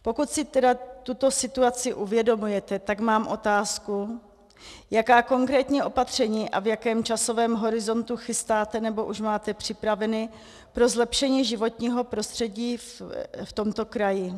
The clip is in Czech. Pokud si tedy tuto situaci uvědomujete, tak mám otázku, jaká konkrétní opatření a v jakém časovém horizontu chystáte nebo už máte připravené pro zlepšení životního prostředí v tomto kraji.